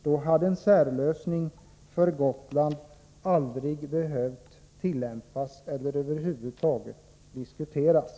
Då hade en särlösning för Gotland aldrig behövt tillämpas eller över huvud taget diskuteras.